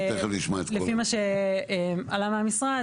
לפי מה שעלה מהמשרד,